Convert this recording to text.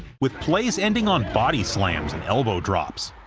with plays ending on body slams and elbow drops.